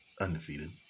Undefeated